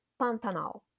Pantanal